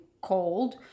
cold